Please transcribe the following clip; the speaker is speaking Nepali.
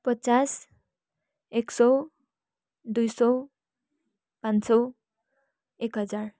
पचास एक सौ दुई सौ पाँच सौ एक हजार